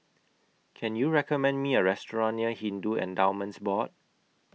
Can YOU recommend Me A Restaurant near Hindu Endowments Board